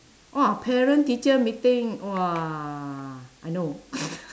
oh parent teacher meeting !wah! I know